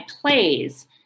plays